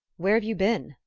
where have you been?